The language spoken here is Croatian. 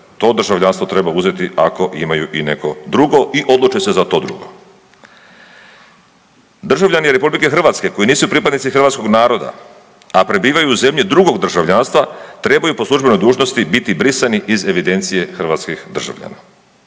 to državljanstvo treba uzeti ako imaju i neko drugo i odluče se za to drugo. Državljani RH koji nisu pripadnici hrvatskog naroda, a prebivaju u zemlji drugog državljanstva trebaju po službenoj dužnosti biti brisani iz evidencije hrvatskih državljana.